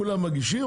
כולם מגישים,